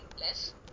less